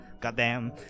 Goddamn